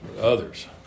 others